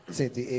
senti